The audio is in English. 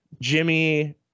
Jimmy